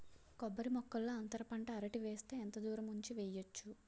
కొబ్బరి మొక్కల్లో అంతర పంట అరటి వేస్తే ఎంత దూరం ఉంచి వెయ్యొచ్చు?